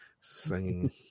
singing